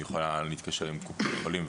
היא יכולה להתקשר עם קופות החולים,